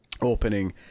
opening